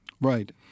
Right